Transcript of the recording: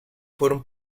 fueron